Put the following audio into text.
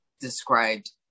described